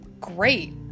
great